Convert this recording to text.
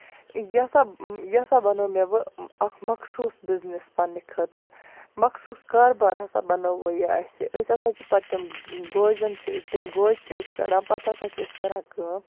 یہِ ہسا یہِ ہسا بَنو مےٚ یہِ اکھ مخصوٗس بِزنٮ۪س پَنٕنہِ خٲطرٕ مَخصوٗس کاروبار ہسا بَنو وۄنۍ یہِ اَسہِ أسۍ ہسا چھِ پَتہٕ تِم گوجہِ چھِ تِم گوجہِ چھِ أسۍ کَڑان پَتہٕ ہسا چھِ أسۍ کران کٲم